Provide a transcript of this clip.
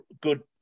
good